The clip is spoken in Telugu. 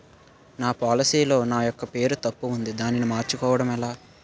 నా పోలసీ లో నా యెక్క పేరు తప్పు ఉంది దానిని మార్చు కోవటం ఎలా?